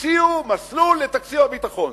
הציעו מסלול לתקציב הביטחון.